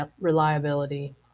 reliability